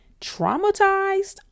traumatized